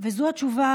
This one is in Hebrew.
זו התשובה,